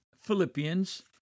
Philippians